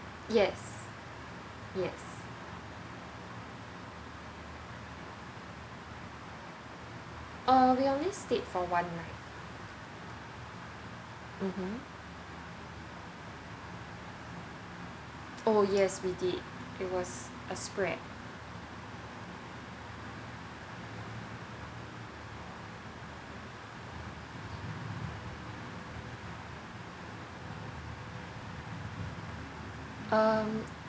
yes yes ah we only stayed for one night um hmm oh yes we did it was a spread um